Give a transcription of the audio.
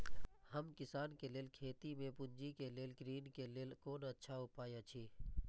हम किसानके लेल खेती में पुंजी के लेल ऋण के लेल कोन अच्छा उपाय अछि?